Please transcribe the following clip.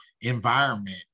environment